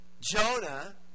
Jonah